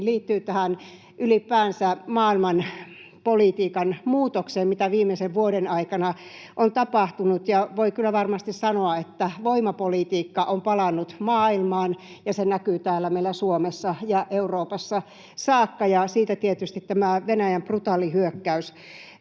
liittyy tähän ylipäänsä maailmanpolitiikan muutokseen, mitä viimeisen vuoden aikana on tapahtunut. Voi kyllä varmasti sanoa, että voimapolitiikka on palannut maailmaan. Se näkyy täällä meillä Suomessa ja Euroopassa saakka, ja siitä tietysti tämä Venäjän brutaali hyökkäys